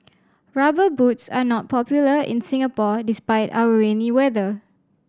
Rubber Boots are not popular in Singapore despite our rainy weather